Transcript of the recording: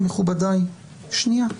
מכובדיי, שנייה.